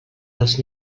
els